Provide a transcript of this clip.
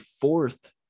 fourth